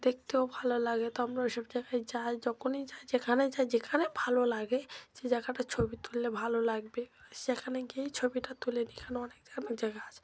দেখতেও ভালো লাগে তো আমরা ওই সব জায়গায় যাই যখনই যাই যেখানে যাই যেখানে ভালো লাগে সে জায়গাটার ছবি তুললে ভালো লাগবে সেখানে গিয়েই ছবিটা তুলে নিই এখানে অনেক ভালো জায়গা আছে